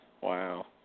Wow